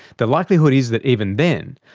the likelihood is that even then,